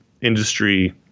industry